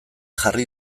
jarri